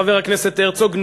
חבר הכנסת הרצוג,